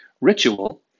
ritual